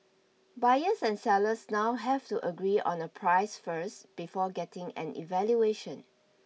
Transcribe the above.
buyers and sellers now have to agree on a price first before getting an evaluation